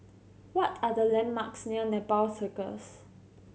what are the landmarks near Nepal Circus